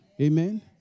Amen